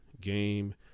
game